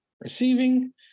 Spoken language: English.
receiving